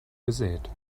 gesät